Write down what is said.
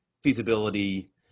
feasibility